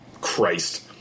Christ